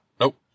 Nope